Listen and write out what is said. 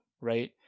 right